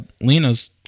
Lena's